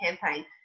campaign